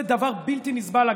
זה דבר בלתי נסבל.